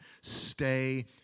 stay